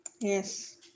yes